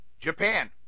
Japan